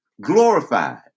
Glorified